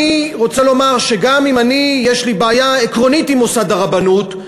אני רוצה לומר שגם אם יש לי בעיה עקרונית עם מוסד הרבנות,